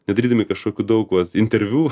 nedarydami kažkokių daug vat interviu